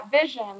vision